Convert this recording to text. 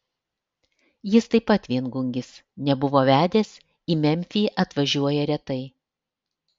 jis taip pat viengungis nebuvo vedęs į memfį atvažiuoja retai